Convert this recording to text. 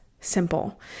Simple